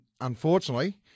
unfortunately